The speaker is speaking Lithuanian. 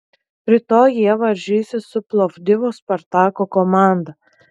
rytoj jie varžysis su plovdivo spartako komanda